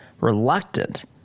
reluctant